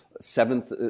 seventh